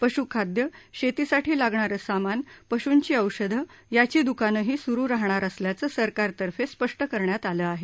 पश्खादय शेतीसाठी लागणारं सामान पश्ची औषधं यांची दुकानंही सूू राहणार असल्याचं सरकारतर्फे स्पष्ट करण्यात आलं आहे